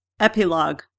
Epilogue